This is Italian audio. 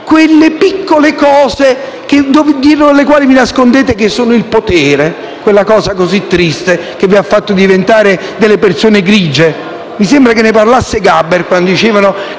quelle piccole cose dietro le quali vi nascondete, come il potere, quella cosa così triste che vi ha fatto diventare delle persone grigie. Mi sembra che ne parlasse Gaber quando diceva che